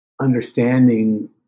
understanding